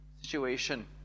situation